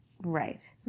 Right